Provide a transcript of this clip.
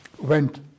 went